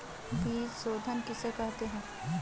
बीज शोधन किसे कहते हैं?